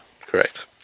Correct